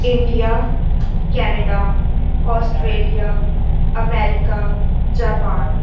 India Canada Australia America Japan